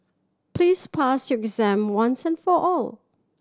please pass your exam once and for all